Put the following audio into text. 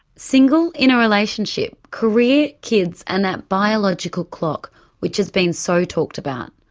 single, in a relationship, career, kids and that biological clock which has been so talked about,